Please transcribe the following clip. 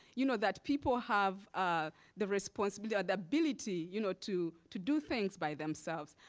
you know that people have ah the responsibility or the ability you know to to do things by themselves.